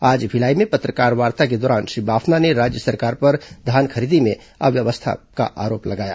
आज भिलाई में पत्रकारवार्ता के दौरान श्री बाफना ने राज्य सरकार पर धान खरीदी में अव्यवस्था का आरोप लगाया